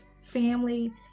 family